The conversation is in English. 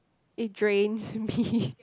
it drains me